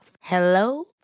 Hello